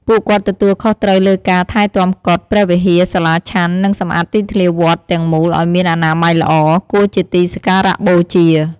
ពួកគាត់ទទួលខុសត្រូវលើការ ថែទាំកុដិ ព្រះវិហារ សាលាឆាន់ និង សម្អាតទីធ្លាវត្ត ទាំងមូលឲ្យមានអនាម័យល្អ គួរជាទីសក្ការៈបូជា។